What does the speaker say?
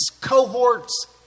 cohorts